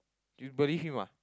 you believe him ah